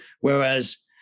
Whereas